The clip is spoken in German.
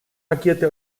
agierte